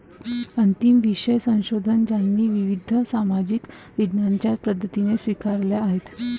अंतिम विषय संशोधन ज्याने विविध सामाजिक विज्ञानांच्या पद्धती स्वीकारल्या आहेत